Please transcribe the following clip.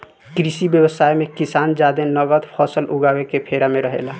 कृषि व्यवसाय मे किसान जादे नगद फसल उगावे के फेरा में रहेला